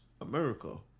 America